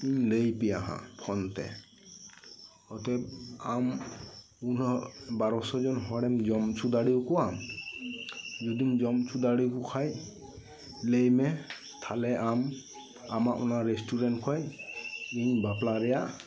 ᱤᱧ ᱞᱟᱹᱭ ᱟᱯᱮᱭᱟ ᱦᱟᱜ ᱯᱷᱳᱱ ᱛᱮ ᱚᱛᱚᱭᱮᱵᱽ ᱟᱢ ᱩᱱᱦᱚᱲ ᱵᱟᱨᱳᱥᱚ ᱡᱚᱱ ᱦᱚᱲᱮᱢ ᱡᱚᱢ ᱦᱚᱪᱚ ᱫᱟᱲᱮᱭᱟ ᱠᱚᱣᱟ ᱡᱩᱫᱤᱢ ᱡᱚᱢ ᱦᱚᱪᱚ ᱫᱟᱲᱮᱭᱟᱠᱚ ᱠᱷᱟᱱ ᱞᱟᱹᱭ ᱢᱮ ᱛᱟᱦᱚᱞᱮ ᱟᱢ ᱟᱢᱟᱜ ᱚᱱᱟ ᱨᱮᱥᱴᱩᱨᱮᱱᱴ ᱠᱷᱚᱱ ᱤᱧ ᱵᱟᱯᱞᱟ ᱨᱮᱭᱟᱜ